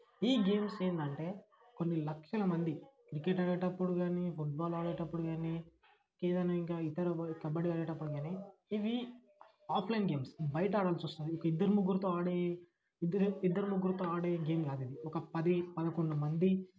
ఈ గేమ్స్ ఏందంటే కొన్ని లక్షల మంది క్రికెట్ ఆడేటప్పుడు గానీ ఫుట్బాల్ ఆడేటప్పుడు గానీ ఇంకేదన్నా ఇంక ఇతర కబడ్డీ ఆడేటప్పుడు గానీ ఇవి ఆఫ్లైన్ గేమ్స్ బయట ఆడాల్సొస్తుంది ఇద్దరు ముగ్గురుతో ఆడే ఇద్దరు ముగ్గురితో ఆడే గేమ్ కాదు ఇది ఒక పది పదకొండు మంది